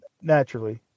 Naturally